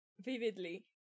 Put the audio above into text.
vividly